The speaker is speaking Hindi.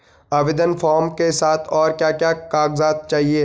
आवेदन फार्म के साथ और क्या क्या कागज़ात चाहिए?